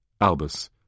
Albus